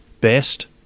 best